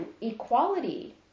equality